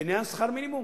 בעניין שכר המינימום,